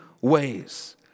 ways